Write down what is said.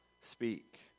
speak